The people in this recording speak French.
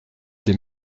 des